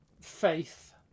faith